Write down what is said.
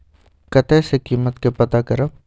कतय सॅ कीमत के पता करब?